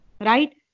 Right